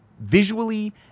visually